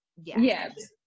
Yes